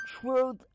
truth